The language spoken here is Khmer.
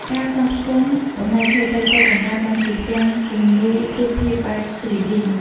ការផ្សំផ្គុំបំណែកឈើតូចៗ បង្កើតបានជាផ្ទាំងគំនូររូបភាពបែប 3D។